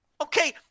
Okay